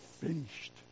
finished